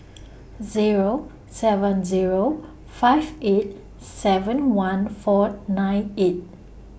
Zero seven Zero five eight seven one four nine eight